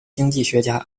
经济学家